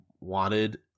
wanted